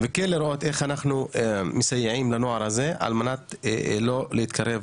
וכן לראות איך אנחנו מסייעים לנוער הזה על מנת לא להתקרב,